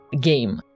game